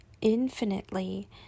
infinitely